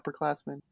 upperclassmen